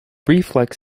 reflex